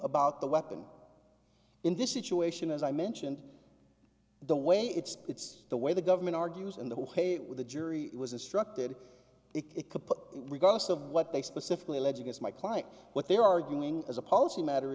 about the weapon in this situation as i mentioned the way it's it's the way the government argues and the way with the jury was instructed regardless of what they specifically alleges my client what they're arguing as a policy matter